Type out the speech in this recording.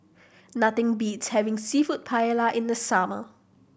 nothing beats having Seafood Paella in the summer